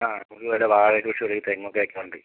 ആ അതുപോലെ വാഴകൃഷി ഒര് തെങ്ങൊക്കെ വയ്ക്കാനുണ്ട്